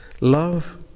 Love